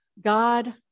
God